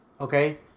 okay